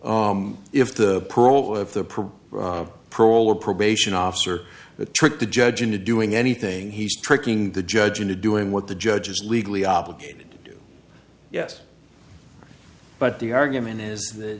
of the prole of probation officer the trick the judge into doing anything he's tricking the judge into doing what the judge is legally obligated yes but the argument is that